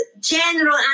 general